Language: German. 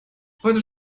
heute